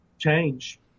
change